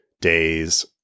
days